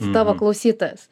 prijaustoi tavo klausytojas